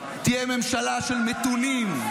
תהיה ממשלה של מתונים,